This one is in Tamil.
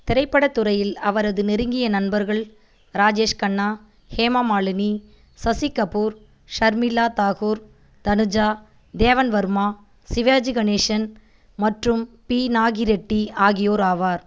திரைப்படத் துறையில் அவரது நெருங்கிய நண்பர்கள் ராஜேஷ் கண்ணா ஹேமமாலினி சசிகபூர் ஷர்மிளாதாகூர் தனுஜா தேவன்வர்மா சிவாஜிகணேஷன் மற்றும் பி நாகி ரெட்டி ஆகியோர் ஆவர்